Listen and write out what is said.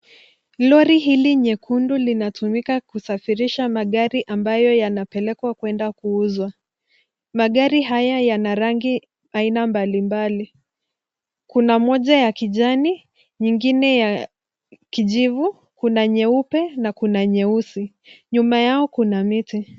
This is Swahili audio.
Lori hili nyekundu linatumika kusafirisha magari ambayo yanapelekwa kwenda kuuzwa. Magari haya yana rangi aina mbalimbali. Kuna moja ya kijani, nyingine ya kijivu, kuna nyeupe na kuna nyeusi. Nyuma yao kuna miti.